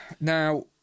now